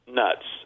nuts